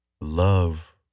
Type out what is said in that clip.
love